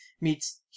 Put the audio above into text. meets